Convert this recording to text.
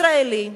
ישראלי,